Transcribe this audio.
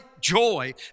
joy